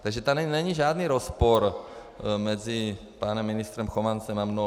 Takže tady není žádný rozpor mezi panem ministrem Chovancem a mnou.